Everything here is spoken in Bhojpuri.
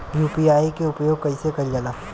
यू.पी.आई के उपयोग कइसे कइल जाला?